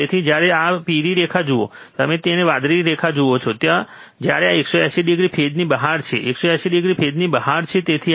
તેથી જ્યારે તમે આ પીળી રેખા જુઓ છો અને જ્યારે તમે વાદળી રેખા જુઓ છો ત્યારે આ 180o ફેઝની બહાર છે 180o ફેઝની બહાર છે તેથી આ બરાબર છે